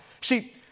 See